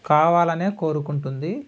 కావాలనే కోరుకుంటుంది